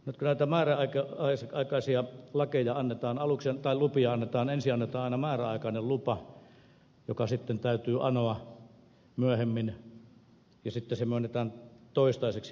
nytkö tämä näkyy naisen aikaisia nyt kun näitä määräaikaisia lupia annetaan ensin annetaan aina määräaikainen lupa joka sitten täytyy anoa myöhemmin ja sitten se myönnetään toistaiseksi voimassa olevana